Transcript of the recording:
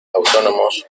autónomos